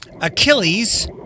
Achilles